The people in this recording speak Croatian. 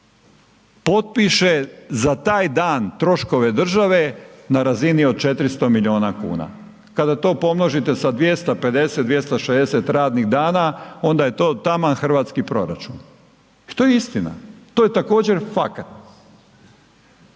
potpiše za taj dan troškove države na razini od 400 miliona kuna. Kada to pomnožite sa 250, 260 radnih dana onda je to taman hrvatski proračun. I to je istina, to je također fakat.